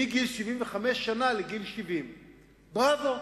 מגיל 75 שנה לגיל 70. בראבו.